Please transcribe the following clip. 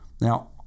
Now